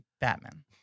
Batman